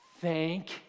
thank